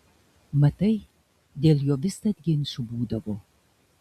matai dėl jo visad ginčų būdavo